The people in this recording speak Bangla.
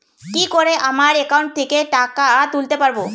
কি করে আমার একাউন্ট থেকে টাকা তুলতে পারব?